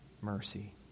mercy